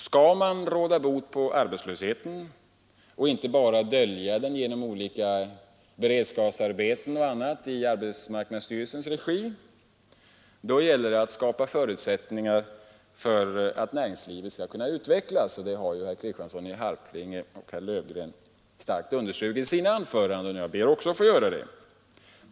Skall man råda bot på arbetslösheten och inte bara dölja den genom olika beredskapsarbeten och annat i AMS: regi gäller det att skapa förutsättningar för näringslivet att utvecklas. Det har både herr Kristiansson i Harplinge och herr Löfgren starkt understrukit i sina anföranden, och jag ber också att få göra det.